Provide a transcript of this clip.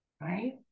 right